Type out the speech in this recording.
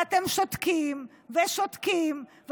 ואתם שותקים ושותקים,